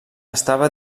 estava